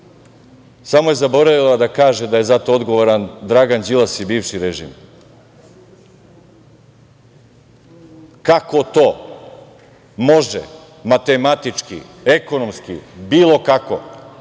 samo je zaboravila da kaže da je za to odgovoran Dragan Đilas i bivši režim. Kako to može matematički, ekonomski, bilo kako